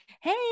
Hey